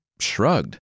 shrugged